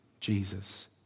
Jesus